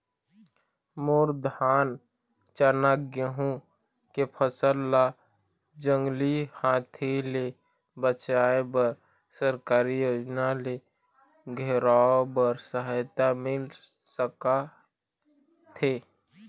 मोर धान चना गेहूं के फसल ला जंगली हाथी ले बचाए बर सरकारी योजना ले घेराओ बर सहायता मिल सका थे?